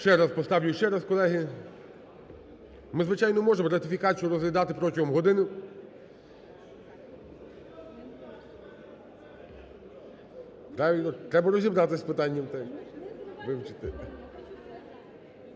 Ще раз, поставлю ще раз, колеги. Ми, звичайно, можемо ратифікацію розглядати протягом години. Правильно, треба розібратися з питанням,